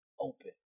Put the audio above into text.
open